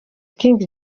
king